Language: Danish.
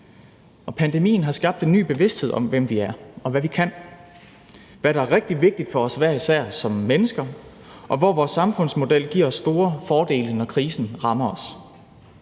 pandemien har skabt en ny bevidsthed om, hvem vi er, og hvad vi kan, og hvad der rigtig vigtigt for os hver især som mennesker, og hvor vores samfundsmodel giver os store fordele, når krisen rammer os.